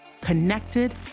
connected